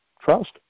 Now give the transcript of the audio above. trust